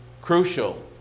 crucial